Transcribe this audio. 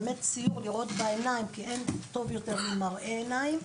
באמת סיור לראות בעיניים כי אין טוב יותר ממראה עיניים.